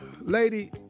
Lady